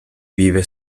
vive